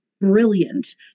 brilliant